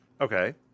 Okay